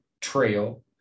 trail